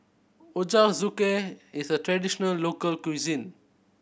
ochazuke is a traditional local cuisine